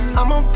i'ma